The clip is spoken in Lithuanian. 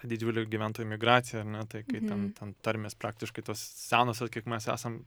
didžiulė gyventojų migracija ar ne tai kai ten ten ten tarmės praktiškai tos senosios kiek mes esam